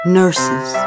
nurses